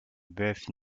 birth